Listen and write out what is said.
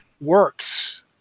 works